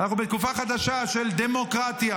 אנחנו בתקופה חדשה, של דמוקרטיה.